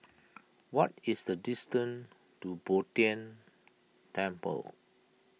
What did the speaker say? what is the distance to Bo Tien Temple